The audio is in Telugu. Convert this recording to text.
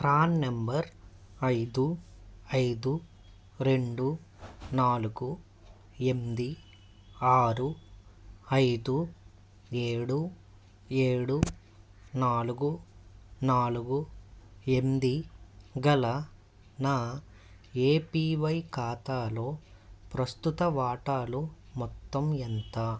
పాన్ నెంబర్ ఐదు ఐదు రెండు నాలుగు ఎనిమిది ఆరు ఐదు ఏడు ఏడు నాలుగు నాలుగు ఎనిమిది గల నా ఏపీవై ఖాతాలో ప్రస్తుత వాటాలు మొత్తం ఎంత